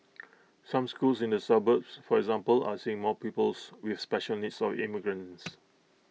some schools in the suburbs for example are seeing more pupils with special needs or immigrants